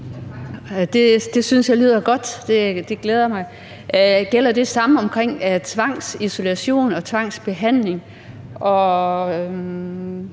Det synes jeg lyder godt, det glæder mig. Gælder det samme omkring tvangsisolation og tvangsbehandling og